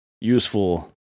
useful